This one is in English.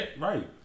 right